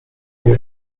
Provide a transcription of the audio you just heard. jej